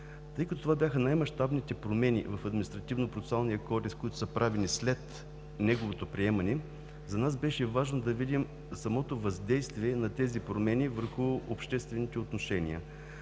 Тъй като това бяха най-мащабните промени в Административнопроцесуалния кодекс, които са правени след неговото приемане, за нас беше важно да видим самото въздействие на тези промени върху обществените отношения.